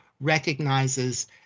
recognizes